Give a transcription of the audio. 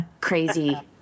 crazy